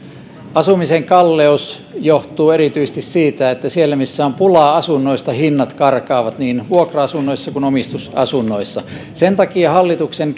asumisen kalleus johtuu erityisesti siitä että siellä missä on pulaa asunnoista hinnat karkaavat niin vuokra asunnoissa kuin omistusasunnoissakin sen takia hallituksen